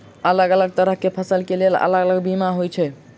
अलग अलग तरह केँ फसल केँ लेल अलग अलग बीमा होइ छै?